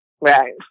Right